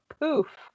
poof